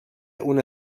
una